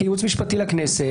כייעוץ משפטי לכנסת,